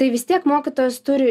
tai vis tiek mokytojas turi